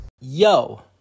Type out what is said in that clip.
Yo